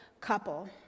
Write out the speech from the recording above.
couple